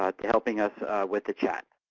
ah to helping us with the chat.